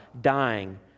dying